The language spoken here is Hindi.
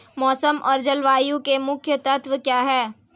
मौसम और जलवायु के मुख्य तत्व क्या हैं?